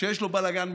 שיש לו בלגן משפטי.